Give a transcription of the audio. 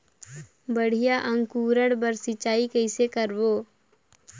बढ़िया अंकुरण बर सिंचाई कइसे करबो?